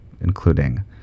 including